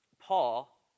Paul